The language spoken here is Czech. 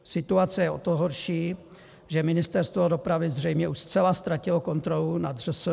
Situace je o to horší, že Ministerstvo dopravy už zřejmě zcela ztratilo kontrolu nad ŘSD.